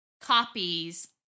copies